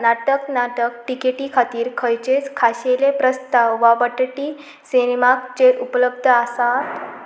नाटक नाटक टिकेटीखातीर खंयचेच खाशेले प्रस्ताव वा बटटी सिनेमाचेर उपलब्ध आसात